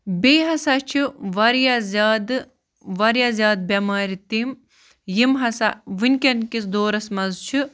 بیٚیہِ ہَسا چھِ واریاہ زیادٕ واریاہ زیادٕ بٮ۪مارِ تِم یِم ہَسا وٕنۍکٮ۪ن کِس دورَس منٛز چھِ